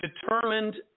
determined